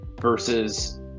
versus